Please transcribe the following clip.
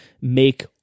make